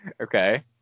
okay